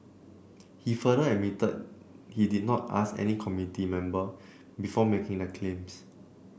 he further admitted he did not ask any committee member before making the claims